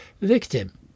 victim